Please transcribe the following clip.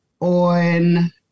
on